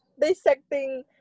dissecting